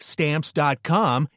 Stamps.com